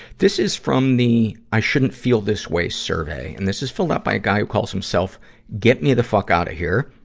this is from the i shouldn't feel this way survey. and this is filled out by a guy who calls himself get me the fuck outta here.